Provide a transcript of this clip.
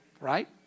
right